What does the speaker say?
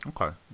okay